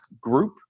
group